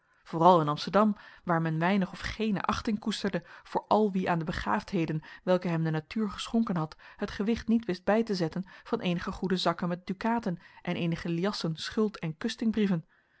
vooral in amsterdam waar men weinig of geene achting koesterde voor al wie aan de begaafdheden welke hem de natuur geschonken had het gewicht niet wist bij te zetten van eenige goede zakken met dukaten en eenige liassen schuld en